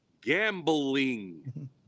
gambling